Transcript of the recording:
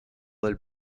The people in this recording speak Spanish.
del